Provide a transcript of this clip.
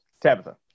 Tabitha